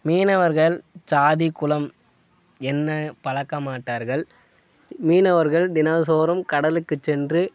மீனவர்கள் ஜாதி குலம் என்ன பழக்க மாட்டார்கள் மீனவர்கள் தினதோறும் கடலுக்கு சென்று